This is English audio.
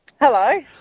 Hello